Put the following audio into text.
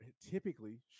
typically